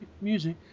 music